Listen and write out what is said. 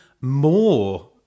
more